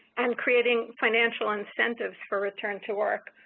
and, creating financial incentives for return to work.